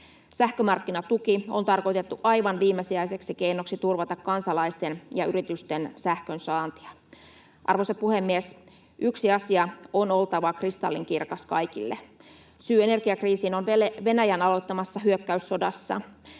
Sähkömarkkinatuki on tarkoitettu aivan viimesijaiseksi keinoksi turvata kansalaisten ja yritysten sähkönsaantia. Arvoisa puhemies! Yhden asian on oltava kristallinkirkas kaikille: syy energiakriisiin on Venäjän aloittamassa hyökkäyssodassa.